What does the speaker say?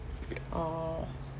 oh